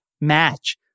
match